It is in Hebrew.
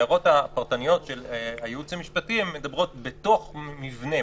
ההערות הפרטניות של הייעוץ המשפטי מדברות בתוך מבנה,